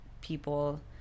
people